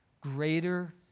greater